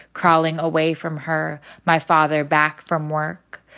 crawling away from her, my father back from work.